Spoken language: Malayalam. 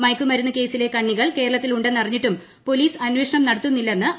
മയക്കുമരുന്ന് കേസിലെ കണ്ണികൾ കേരളത്തിൽ ഉണ്ടെന്നറിഞ്ഞിട്ടും പോലീസ് അന്വേഷണം നടത്തുന്നില്ലെന്ന് കെ